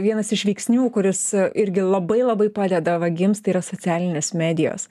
vienas iš veiksnių kuris irgi labai labai padeda vagims tai yra socialinės medijos